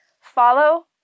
Follow